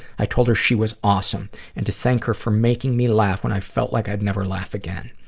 i told her she was awesome and to thank her for making me laugh when i felt like i'd never laugh again.